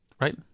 right